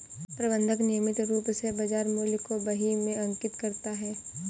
प्रबंधक नियमित रूप से बाज़ार मूल्य को बही में अंकित करता है